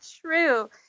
true